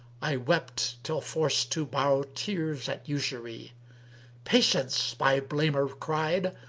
i wept till forced to borrow tears at usury patience! my blamer cried,